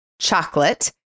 chocolate